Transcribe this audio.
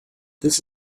this